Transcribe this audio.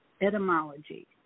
Etymology